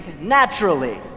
naturally